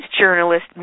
journalist